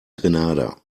grenada